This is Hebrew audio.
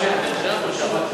התנאי, לא.